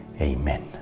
Amen